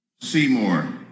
Seymour